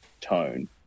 tone